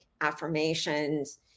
affirmations